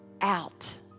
out